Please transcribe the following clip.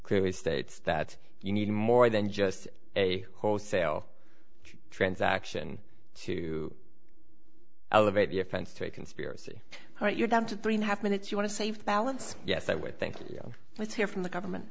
clearly states that you need more than just a wholesale transaction to elevate the offense to a conspiracy right you're down to three and a half minutes you want to save balance yes i would think you know let's hear from the government